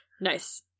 Nice